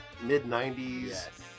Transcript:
mid-90s